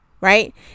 right